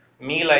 meal